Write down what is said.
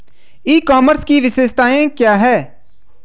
ई commerce की विशेषताएं क्या हैं?